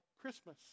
Christmas